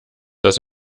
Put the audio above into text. dass